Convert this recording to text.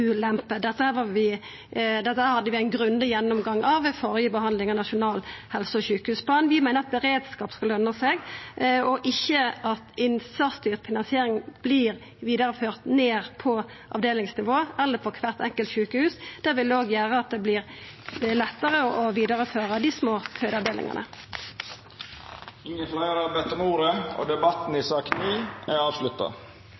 behandling av Nasjonal helse- og sjukehusplan. Vi meiner at beredskap skal løna seg og ikkje at innsatsstyrt finansiering vert vidareført ned på avdelingsnivå, eller på kvart enkelt sjukehus. Det vil òg gjera at det vert lettare å vidareføra dei små fødeavdelingane. Fleire har ikkje bedt om ordet